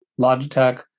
Logitech